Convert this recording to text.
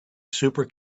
super